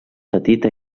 petita